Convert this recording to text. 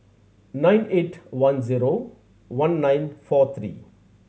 nine eight one zero one nine four three